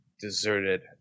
deserted